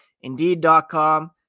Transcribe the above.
Indeed.com